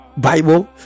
bible